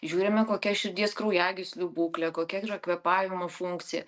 žiūrime kokia širdies kraujagyslių būklė kokia yra kvėpavimo funkcija